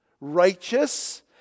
Righteous